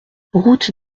route